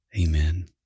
Amen